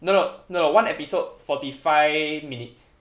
no no no no one episode forty five minutes